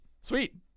sweet